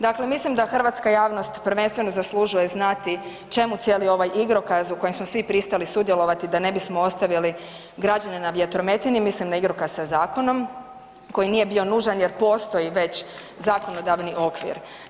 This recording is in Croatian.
Dakle, mislim da hrvatska javnost prvenstveno zaslužuje znati čemu cijeli ovaj igrokaz u kojem smo svi pristali sudjelovati da ne bismo ostavili građane na vjetrometini, mislim na igrokaz sa zakonom koji nije bio nužan jer postoji već zakonodavni okvir.